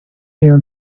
even